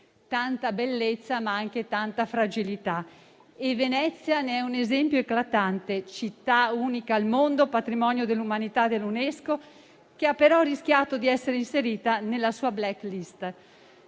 Tanta bellezza ma anche tanta fragilità, e Venezia ne è un esempio eclatante: città unica al mondo, patrimonio dell'umanità dell'Unesco, che ha però rischiato di essere inserita nella sua *black list.*